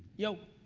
yo.